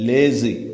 Lazy